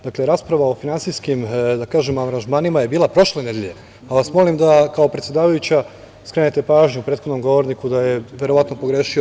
Dakle, rasprava o finansijskim aranžmanima je bila prošle nedelje, pa vas molim da kao predsedavajuća skrenete pažnju prethodnom govorniku da je verovatno pogrešio.